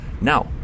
Now